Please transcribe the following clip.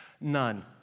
none